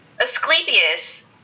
Asclepius